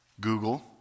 Google